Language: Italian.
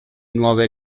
nuove